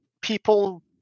people